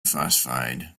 phosphide